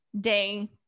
day